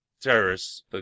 terrorists